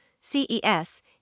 CES